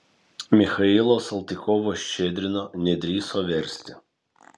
michailo saltykovo ščedrino nedrįso versti